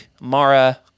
Mara